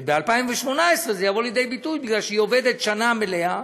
ב-2018 זה יבוא לידי ביטוי, כי היא עובדת שנה מלאה